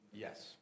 Yes